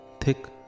thick